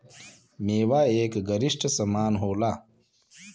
मेवा एक गरिश्ट समान होला